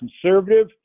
conservative